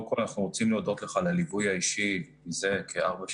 אנחנו רוצים להודות לך על הליווי האישי מזה כארבע שנים,